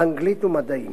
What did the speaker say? אנגלית ומדעים,